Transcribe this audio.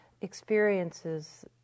experiences